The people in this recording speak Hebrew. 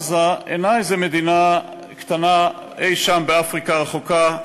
עזה אינה איזה מדינה קטנה אי-שם באפריקה הרחוקה,